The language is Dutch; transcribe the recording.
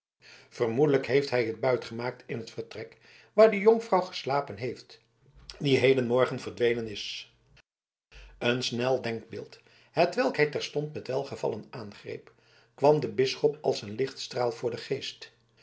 vermoedelijk heeft hij het buitgemaakt in het vertrek waar de jonkvrouw geslapen heeft die hedenmorgen verdwenen is een snel denkbeeld hetwelk hij terstond met welgevallen aangreep kwam den bisschop als een lichtstraal voor den geest